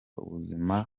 ubuzima